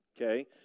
Okay